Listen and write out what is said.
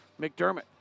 McDermott